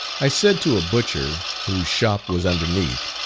i said to a butcher, whose shop was underneath,